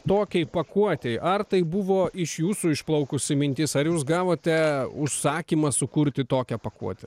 tokiai pakuotei ar tai buvo iš jūsų išplaukusi mintis ar jūs gavote užsakymą sukurti tokią pakuotę